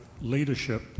leadership